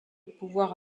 pouvoirs